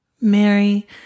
mary